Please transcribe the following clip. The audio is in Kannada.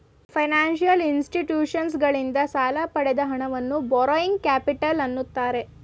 ಫೈನಾನ್ಸಿಯಲ್ ಇನ್ಸ್ಟಿಟ್ಯೂಷನ್ಸಗಳಿಂದ ಸಾಲ ಪಡೆದ ಹಣವನ್ನು ಬಾರೋಯಿಂಗ್ ಕ್ಯಾಪಿಟಲ್ ಅಂತ್ತಾರೆ